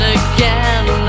again